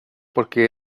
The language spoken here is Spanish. porque